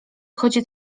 chodzi